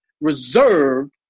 reserved